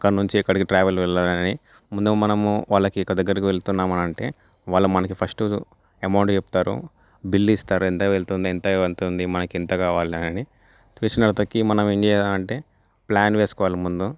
అక్కడనుంచి ఎక్కడికి ట్రావెల్ వెళ్ళాలని ముందు మనము వాళ్ళకు ఇక్కడ దగ్గరికి వెళ్తున్నాం అంటే వాళ్ళ మనకి ఫస్ట్ అమౌంట్ చెప్తారు బిల్లు ఇస్తారు ఇంత వెళ్తుంది ఎంత అవుతుంది మాకింత కావాలి అని మనం అంటే ప్లాన్ వేసుకోవాలి ముందు